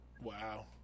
Wow